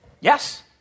Yes